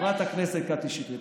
חברת הכנסת קטי שטרית,